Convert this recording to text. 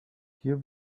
hier